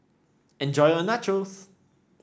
enjoy your Nachos